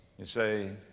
you say,